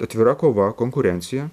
atvira kova konkurencija